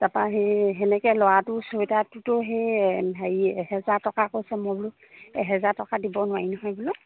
তাৰপৰা সেই তেনেকৈ ল'ৰাটো চুৱেটাৰটোতো সেই হেৰি এহেজাৰ টকা কৈছে মই বোলো এহেজাৰ টকা দিব নোৱাৰি নহয় বোলো